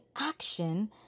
action